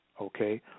Okay